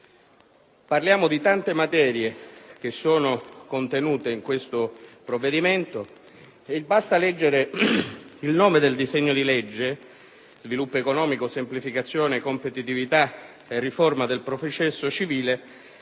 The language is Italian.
Tante sono le materie contenute in questo provvedimento; basta leggere il nome del disegno di legge (sviluppo economico, semplificazione, competitività e riforma del processo civile)